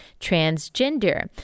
transgender